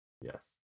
Yes